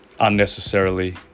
unnecessarily